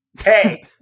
Hey